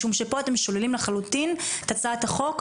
משום שפה אתם שוללים לחלוטין את הצעת החוק.